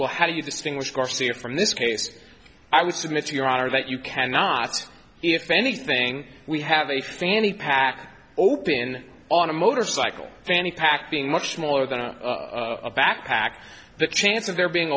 well how do you distinguish garcia from this case i would submit to your honor that you cannot see if anything we have a fanny pack open on a motorcycle fanny pack being much smaller than a backpack the chance of there being